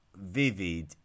vivid